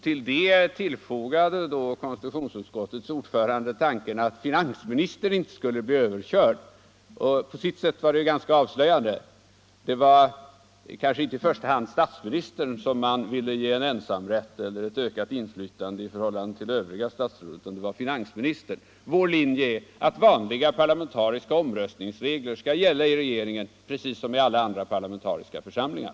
Till detta fogade konstitutionsutskottets ordförande tanken att finansministern inte borde bli överkörd. På sitt sätt var det ganska avslöjande. Det var inte i första hand statsministern som man ville ge ökat inflytande i förhållande till Övriga statsråd utan det var finansministern. Vår linje är att vanliga parlamentariska omröstningsregler skall gälla i regeringen precis som i alla andra parlamentariska församlingar.